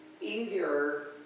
easier